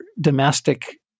domestic